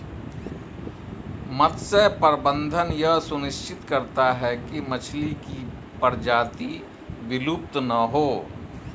मत्स्य प्रबंधन यह सुनिश्चित करता है की मछली की प्रजाति विलुप्त ना हो